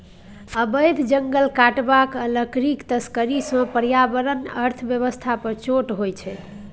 अबैध जंगल काटब आ लकड़ीक तस्करी सँ पर्यावरण अर्थ बेबस्था पर चोट होइ छै